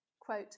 Quote